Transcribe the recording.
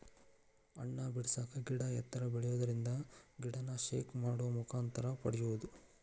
ಹಣ್ಣ ಬಿಡಸಾಕ ಗಿಡಾ ಎತ್ತರ ಬೆಳಿಯುದರಿಂದ ಗಿಡಾನ ಶೇಕ್ ಮಾಡು ಮುಖಾಂತರ ಪಡಿಯುದು